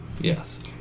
Yes